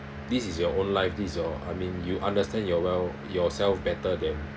this is your own life this is your I mean you understand your well yourself better than